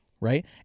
right